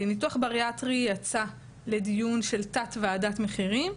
ניתוח בריאטרי יצא לדיון של תת ועדת מחירים.